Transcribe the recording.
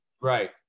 right